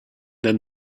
then